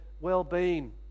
well-being